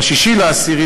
ב-6 באוקטובר,